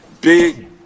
big